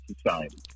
society